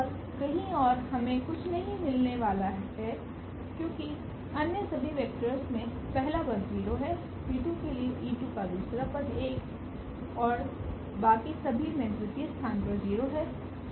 और कंही और हमें कुछ नहीं मिलाने वाला है क्योकि अन्य सभी वेक्टर्स में पहला पद 0 हैके लिए का दूसरा पद 1 है बाकि सभी में द्वितीय स्थान पर 0 है